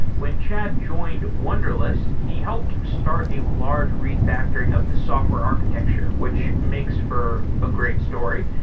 when chad joined wunderlist, he helped start a large refactoring of the software architecture, which makes for a great story.